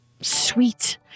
Sweet